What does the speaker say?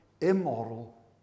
immoral